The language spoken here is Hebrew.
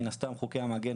מן הסתם חוקי המגן,